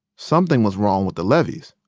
something was wrong with the levees.